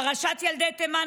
פרשת ילדי תימן,